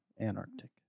Antarctic